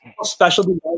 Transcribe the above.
Specialty